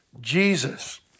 Jesus